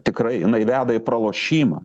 tikrai jinai veda į pralošimą